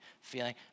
feeling